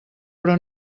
però